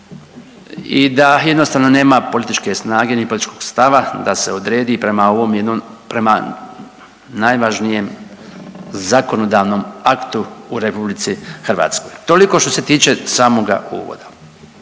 i da jednostavno nema političke snage ni političkog stava da se odredi prema ovom jednom, prema najvažnijem zakonodavnom aktu u RH. Toliko što se tiče samoga uvoda.